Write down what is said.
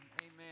amen